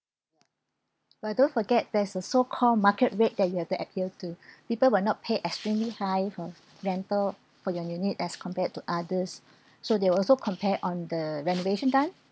but don't forget there is a so called market rate that you have to adhere to people will not pay extremely high for rental for your unit as compared to others so they also compare on the renovation done